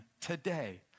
today